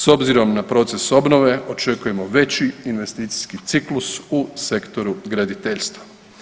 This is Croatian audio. S obzirom na proces obnove, očekujemo veći investicijski ciklus u sektoru graditeljstva.